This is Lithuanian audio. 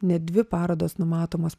net dvi parodos numatomos